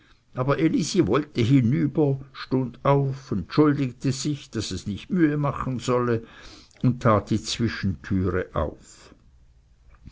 aber elisi wollte hinüber stund auf entschuldigte sich daß es nicht mühe machen wolle und tat die zwischentüre auf